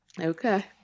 okay